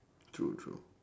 true true